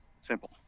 Simple